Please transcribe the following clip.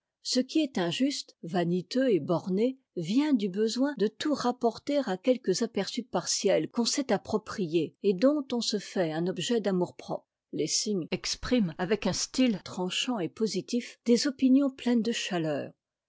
ce qui est injuste vaniteux et borné vient du besoin de tout rapporter à quelques aperçus partiels qu'on s'est appropriés et dont on se fait un objet d'amour-propre lessing exprime avec un style tranchant et positif des opinions pleines de chaleur